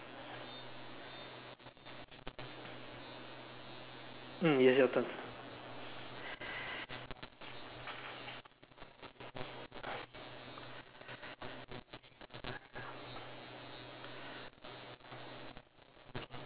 mm yes your turn